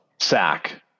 sack